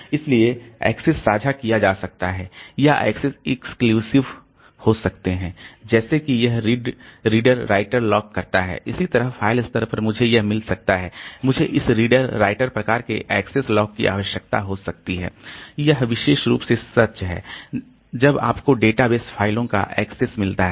इसलिए एक्सेस साझा किया जा सकता है या एक्सेस एक्सक्लूसिव हो सकता है जैसे कि यह रीडर राइटर लॉक करता है इसी तरह फ़ाइल स्तर पर मुझे यह मिल सकता है मुझे इस रीडर राइटर प्रकार के एक्सेस लॉक की आवश्यकता हो सकती है यह विशेष रूप से सच है जब आपको डेटाबेस फ़ाइलों का एक्सेस मिलता हैं